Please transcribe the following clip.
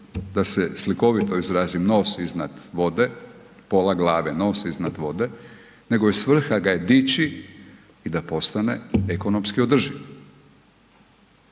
da se slikovito izrazim, nos iznad vode, pola glave, nos iznad vode, nego vrha ga je dići i da postane ekonomski održiv.